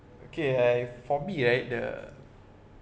okay uh for me right the